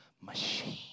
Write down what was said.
machine